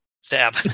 Stab